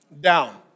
Down